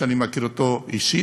שאני מכיר אישית,